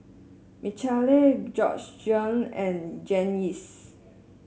Michale Georgeann and Janyce